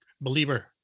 Believer